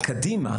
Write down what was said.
קדימה,